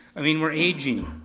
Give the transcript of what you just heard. i mean, we're aging.